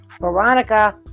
Veronica